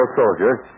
soldiers